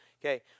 Okay